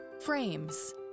Frames